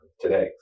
today